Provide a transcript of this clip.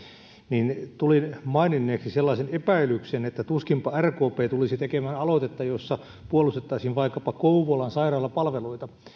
niin tulin maininneeksi sellaisen epäilyksen että tuskinpa rkp tulisi tekemään aloitetta jossa puolustettaisiin vaikkapa kouvolan sairaalapalveluita